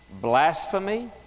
blasphemy